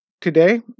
Today